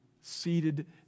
seated